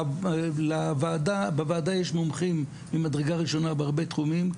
בוועדה יש מומחים ממדרגה ראשונה בהרבה תחומים,